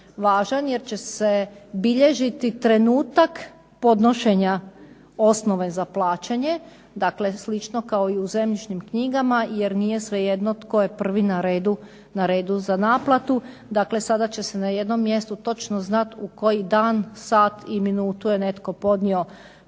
važan jer će se bilježiti trenutak podnošenja osnove za plaćanje, dakle slično kao i u zemljišnim knjigama, jer nije svejedno tko je prvi na redu za naplatu. Dakle sada će se na jednom mjestu točno znati u koji dan, sat i minutu je netko podnio